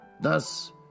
Thus